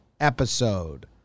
episode